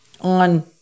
on